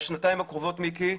בשנתיים הקרובות מיקי,